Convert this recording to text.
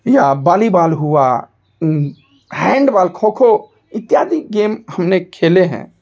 या वॉलीबॉल हुआ handball kho kho इत्यादि गेम हमने खेले हैं